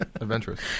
adventurous